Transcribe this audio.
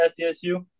SDSU